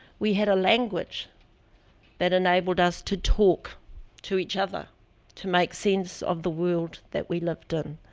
we had a language that enabled us to talk to each other to make sense of the world that we lived in.